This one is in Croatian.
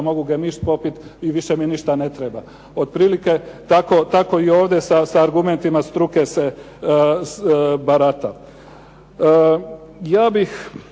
da mogu gemišt popit i više mi ništa ne treba. Otprilike tako i ovdje sa argumentima struke barata. Ja bih